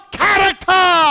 character